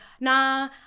nah